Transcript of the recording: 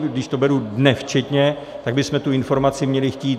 Když to beru dnes včetně, tak bychom tu informaci měli chtít.